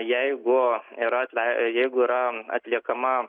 jeigu yra atlei jeigu yra atliekama